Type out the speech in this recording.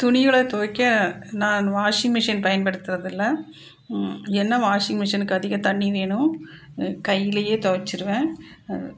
துணிகளை துவைக்க நான் வாஷிங் மிஷின் பயன்படுத்துறதில்லை என்ன வாஷிங் மிஷினுக்கு அதிக தண்ணி வேணும் கையிலேயே தொவைச்சிருவேன்